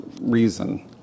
reason